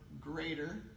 greater